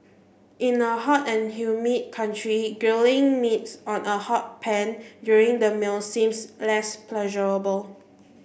in a hot and humid country grilling meats on a hot pan during the meal seems less pleasurable